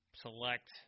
select